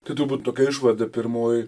tad galbūt tokia išvada pirmoji